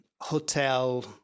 hotel